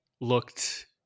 looked